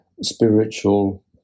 spiritual